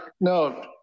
No